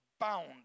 Bound